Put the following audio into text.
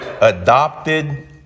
adopted